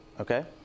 okay